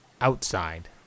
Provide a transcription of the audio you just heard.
outside